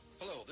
Hello